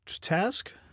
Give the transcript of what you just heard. task